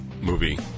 movie